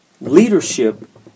Leadership